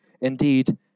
Indeed